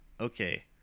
okay